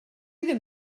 ddim